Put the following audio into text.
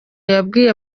yabwiye